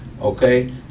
okay